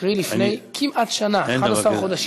קרי לפני כמעט שנה, 11 חודשים.